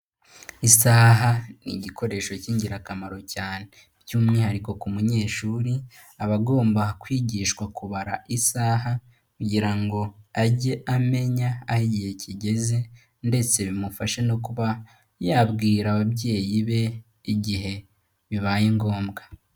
Isaha ni igikoresho cy'ingirakamaro cyane. By'umwihariko ku munyeshuri aba agomba kwigishwa kubara isaha kugira ngo ajye amenya aho igihe kigeze ndetse bimufashe no kuba yabwira ababyeyi be igihe bibaye ngombwa.